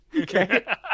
Okay